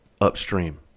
upstream